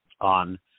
on